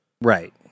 Right